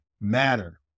matter